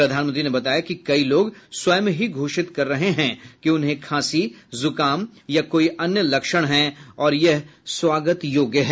प्रधानमंत्री ने बताया कि कई लोग स्वयं ही घोषित कर रहे है कि उन्हें खांसी जुकाम या कोई अन्य लक्षण है और यह स्वागत योग्य है